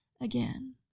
Again